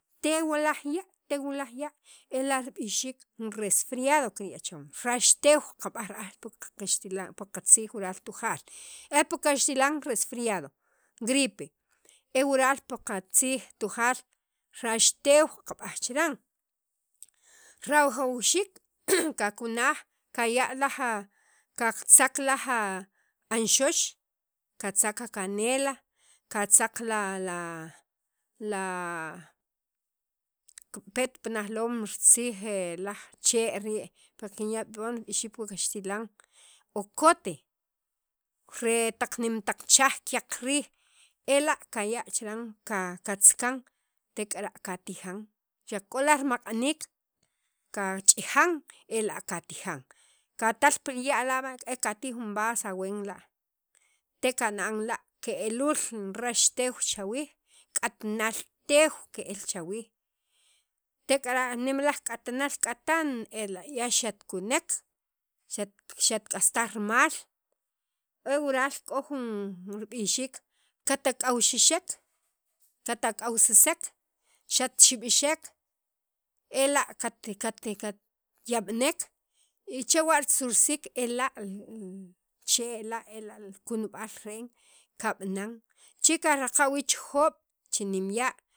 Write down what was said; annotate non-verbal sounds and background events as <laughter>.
teew laj ya' teew laj ya' ela' rib'ixiik resfriado kirya' chawan rax teew pi qatziij wural Tujaal e pi kaxtilaj resfriado gripe e waral pi qatziij tujaal raxteew qab'aj chiran rawjawxiik kakunaj kaya' laj a katzaq laj a anxox katzaq a canela qatzaq la katzaq <hesitation> kipet pi najloom ritziij laj chee' rii' pi kinya' poon rib'ixiik pi kaxtilan ocote re taq nin taq chaj kyaq riij katzakan tek'ara' katijan xaq k'oaj li ma'qaniik kach'ijan ela' katijan katal pil ya' la b'e' katij jun vas a ween la' te kana'an la' ke'luul jun rax teew chawiij k'atnal teew ke'l tek'ara' jun k'atnal k'atan chawiij ya xat kunek xat xat k'astaj rimal e wural k'o jun rib'ixiik katak'awxixek katk'awsisek xatxib'ixek ela' kate katyab'nek y chewa' ritzursiik ela' li chee' la' ela' li kunub'al reen kab'anan che karaqa' wii' ch'ojoob' chii' nem ya'.